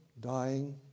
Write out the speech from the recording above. dying